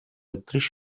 attrice